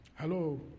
Hello